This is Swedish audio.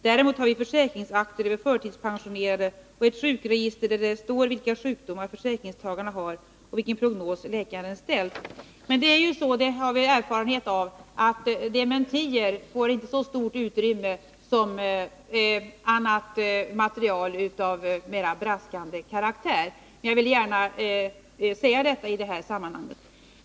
Däremot har vi försäkringsakter över förtidspensionerade och ett sjukregister där det står vilka sjukdomar försäkringstagarna har och vilken prognos läkaren ställt.” Men dementier får inte — det har vi erfarenhet av — så stort utrymme som annat material av mera braskande karaktär. Jag vill gärna säga det i detta sammanhang.